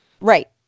Right